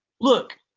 Look